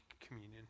communion